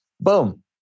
Boom